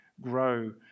grow